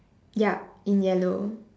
ya in yellow